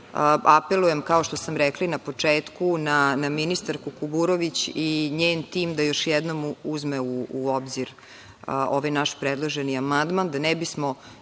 apelujem, kao što sam rekla na početku, na ministarku Kuburović i njen tim da još jednom uzme u obzir ovaj naš predloženi amandman, da ne bismo